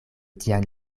tian